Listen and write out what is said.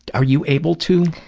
are you able to?